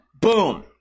boom